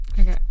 Okay